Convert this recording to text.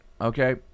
Okay